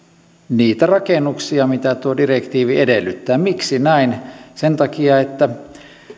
niitä rakennuksia mitä tuo direktiivi edellyttää miksi näin sen takia että